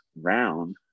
round